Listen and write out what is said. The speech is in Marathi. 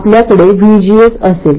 आपल्याकडे VGS असेल